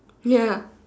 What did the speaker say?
ya